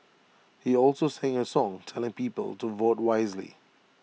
he also sang A song telling people to vote wisely